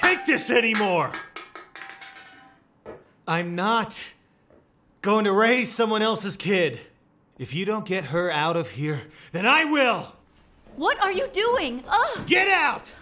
this anymore i'm not going to raise someone else's kid if you don't get her out of here then i will what are you doing oh get out